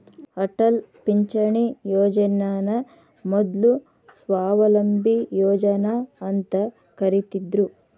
ಅಟಲ್ ಪಿಂಚಣಿ ಯೋಜನನ ಮೊದ್ಲು ಸ್ವಾವಲಂಬಿ ಯೋಜನಾ ಅಂತ ಕರಿತ್ತಿದ್ರು